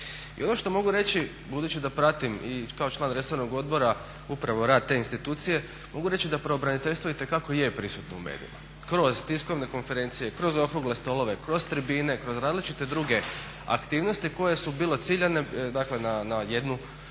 I ono što mogu reći budući da pratim i kao član resornog odbora upravo rad te institucije, mogu reći da pravobraniteljstvo itekako je prisutno u medijima, kroz tiskovne konferencije, kroz okrugle stolove, kroz tribine, kroz različite druge aktivnosti koje su bilo ciljane, dakle na